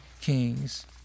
kings